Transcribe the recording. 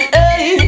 Hey